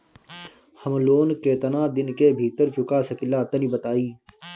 हम लोन केतना दिन के भीतर चुका सकिला तनि बताईं?